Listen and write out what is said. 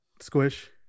squish